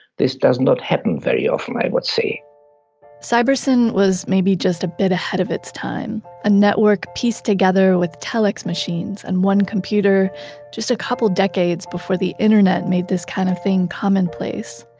this does not happen very often i would say cybersyn was maybe just a bit ahead of its time, a network pieced together with telex machines and one computer just a couple of decades before the internet made this kind of thing commonplace.